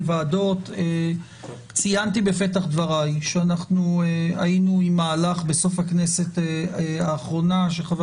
ציינתי בפתח דבריי שהיינו במהלך שחבר